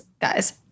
Guys